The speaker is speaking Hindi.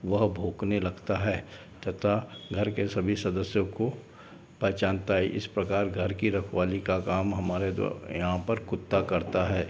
वह भोंकने लगता है तथा घर के सभी सदस्यों को पहचानता है इस प्रकार घर की रखवाली का काम हमारे यहाँ पर कुत्ता करता है